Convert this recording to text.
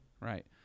right